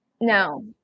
No